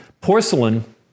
porcelain